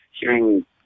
hearing